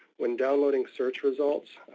when downloading search results,